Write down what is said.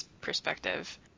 perspective